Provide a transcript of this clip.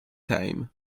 time